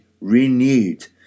renewed